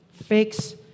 Fix